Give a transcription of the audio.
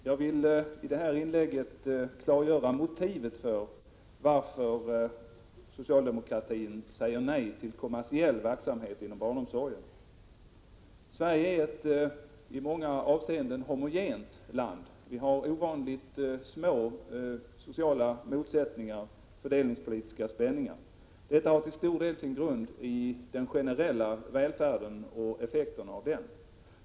Herr talman! Jag skall i det här inlägget klargöra motivet till att socialdemokraterna säger nej till kommersiell verksamhet inom barnomsorgen. Sverige är ett i många avseenden homogent land. Vi har ovanligt små sociala motsättningar och fördelningspolitiska spänningar. Detta har till betydande del sin grund i den generella välfärden och effekten av den.